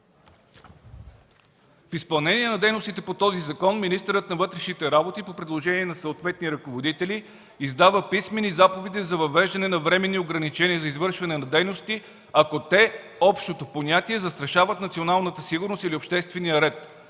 в изпълнение на дейностите по този закон министърът на вътрешните работи по предложение на съответни ръководители издава писмени заповеди за въвеждане на временни ограничения за извършване на дейности, ако те, по общото понятие, застрашават националната сигурност или обществения ред: